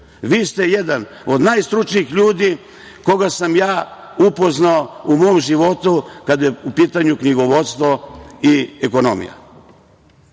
Vi ste jedan od najstručnijih ljudi koga sam ja upoznao u mom životu kada je u pitanju knjigovodstvo i ekonomija.